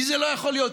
כי זה לא יכול להיות.